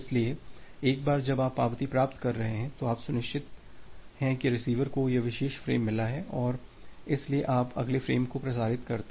इसलिए एक बार जब आप पावती प्राप्त कर रहे हैं तो आप सुनिश्चित हैं कि रिसीवर को यह विशेष फ्रेम मिला है और इसलिए आप अगले फ्रेम को प्रसारित करते हैं